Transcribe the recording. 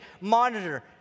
monitor